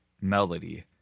melody